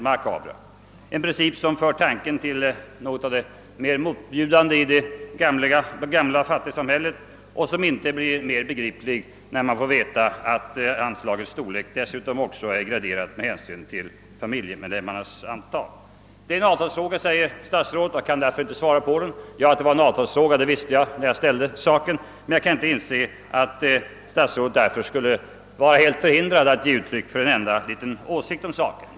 Det är en princip som för tanken tillbaka till det mest motbjudande i det gamla fattigsamhället och som inte blir mer begripligt när man får veta att bidragsbeloppet dessutom är graderat med hänsyn till familjemedlemmarnas antal. Statsrådet säger att min fråga berör en avtalsfråga och att han därför inte kan svara på den. Att det är en avtalsfråga visste jag när jag ställde den, men jag kan inte inse att statsrådet därför skulle vara helt förhindrad att ge uttryck för en enda liten åsikt om saken.